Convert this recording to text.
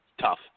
tough